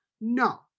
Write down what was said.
No